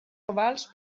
ovals